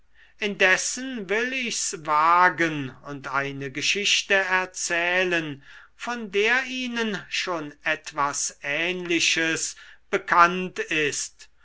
indessen will ich's wagen und eine geschichte erzählen von der ihnen schon etwas ähnliches bekannt ist